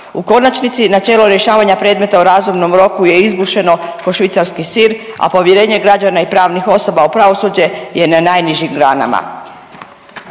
U konačnici načelo rješavanja predmeta u razumnom roku je izbušeno ko švicarski sir, a povjerenje građana i pravnih osoba u pravosuđe je na najnižim granama.